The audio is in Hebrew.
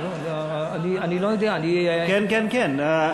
אני לא יודע, כן, כן, כן.